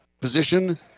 position –